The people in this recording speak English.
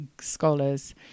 scholars